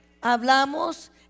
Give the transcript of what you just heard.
hablamos